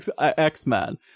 x-men